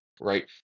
right